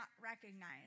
recognize